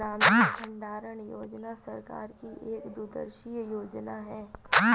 ग्रामीण भंडारण योजना सरकार की एक दूरदर्शी योजना है